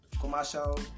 commercial